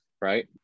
right